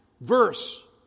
verse